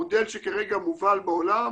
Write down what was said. מודל שכרגע מובל בעולם